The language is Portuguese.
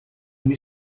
uma